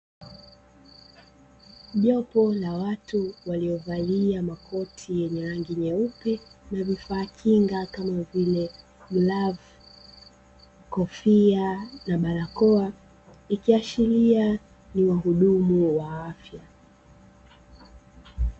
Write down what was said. Jopo la watu waliovalia makoti yenye rangi nyeupe na vifaa kinga kama vile; glavu, kofia na barakoa ikiashiria ni wahudumu wa afya.